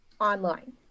Online